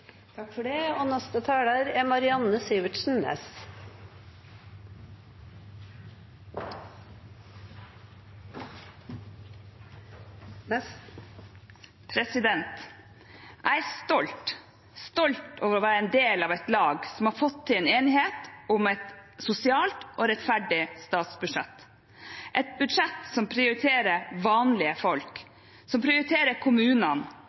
Jeg er stolt over å være en del av et lag som har fått til en enighet om et sosialt og rettferdig statsbudsjett – et budsjett som prioriterer vanlige folk, som prioriterer kommunene,